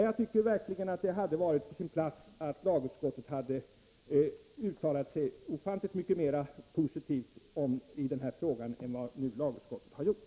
Jag tycker verkligen att det hade varit på sin plats att lagutskottet hade uttalat 65 sig ofantligt mycket mer positivt i den här frågan än vad lagutskottet har gjort.